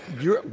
your,